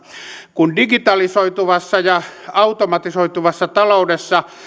kun digitalisoituvassa ja automatisoituvassa taloudessa